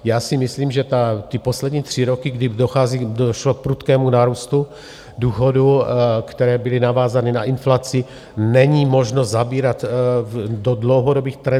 Já si myslím, že ty poslední tři roky, kdy došlo k prudkému nárůstu důchodů, které byly navázány na inflaci, není možno zabírat do dlouhodobých trendů.